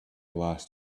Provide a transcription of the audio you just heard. last